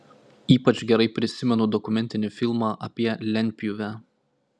ypač gerai prisimenu dokumentinį filmą apie lentpjūvę